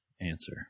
answer